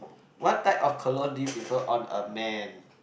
what type of cologne do you prefer on a man